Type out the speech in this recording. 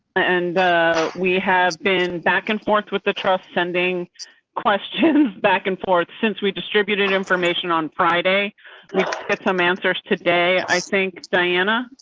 and we have been back and forth with the trust sending questions back and forth since we distributed information. on friday. we get some answers today. i think diana.